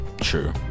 true